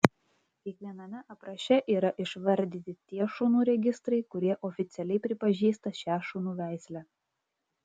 kiekviename apraše yra išvardyti tie šunų registrai kurie oficialiai pripažįsta šią šunų veislę